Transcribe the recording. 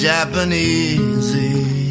Japanese